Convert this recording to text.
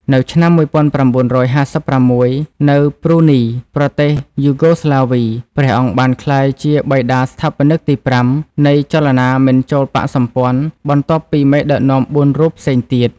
នៅឆ្នាំ១៩៥៦ នៅ ប្រ៊ូនី ប្រទេសយូហ្គោស្លាវី ព្រះអង្គបានក្លាយជាបិតាស្ថាបនិកទី៥ នៃចលនាមិនចូលបក្សសម្ព័ន្ធ បន្ទាប់ពីមេដឹកនាំ៤រូបផ្សេងទៀត។